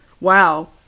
wow